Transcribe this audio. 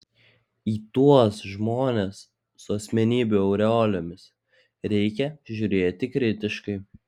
į tuos žmones su asmenybių aureolėmis reikia žiūrėti kritiškai